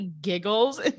giggles